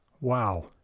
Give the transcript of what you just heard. Wow